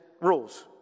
rules